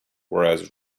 whereas